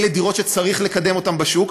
אלה דירות שצריך לקדם אותן בשוק.